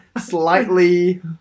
slightly